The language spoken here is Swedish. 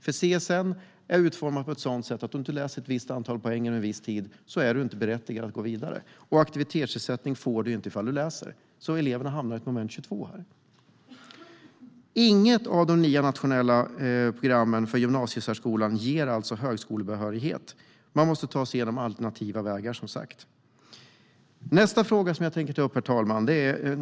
Studiestödet är utformat så att om man inte läser ett visst antal poäng på en viss tid är man inte berättigad att gå vidare, och aktivitetsersättning får man inte om man läser. Studenterna hamnar alltså i ett moment 22. Inget av de nya nationella programmen för gymnasiesärskolan ger högskolebehörighet. Man måste som sagt ta sig fram på alternativa vägar. Herr talman!